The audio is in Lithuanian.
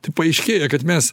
tai paaiškėja kad mes